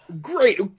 Great